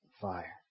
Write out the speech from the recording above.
fire